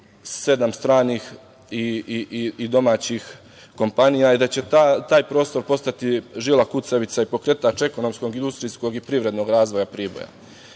sedam stranih i domaćih kompanija i da će taj prostor postati žila kucavica i pokretač ekonomskog, industrijskog i privrednog razvoja Priboja. Pored